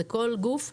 זה כל גוף,